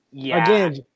Again